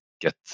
get